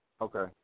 Okay